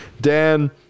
dan